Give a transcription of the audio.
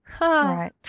right